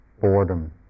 boredom